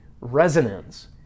resonance